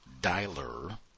dialer